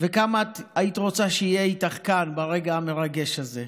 וכמה היית רוצה שיהיה איתך כאן, ברגע המרגש הזה.